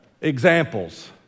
examples